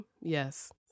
Yes